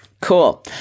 Cool